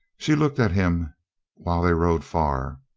she looked at him while they rode far.